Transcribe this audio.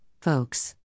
folks